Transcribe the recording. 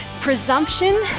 presumption